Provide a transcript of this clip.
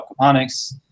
Aquaponics